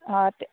অঁ তে